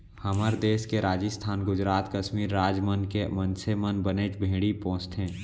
हमर देस के राजिस्थान, गुजरात, कस्मीर राज मन के मनसे मन बनेच भेड़ी पोसथें